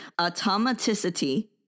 automaticity